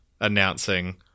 announcing